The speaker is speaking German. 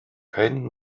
kein